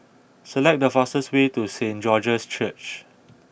select the fastest way to Saint George's Church